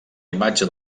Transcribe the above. imatge